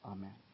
Amen